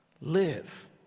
Live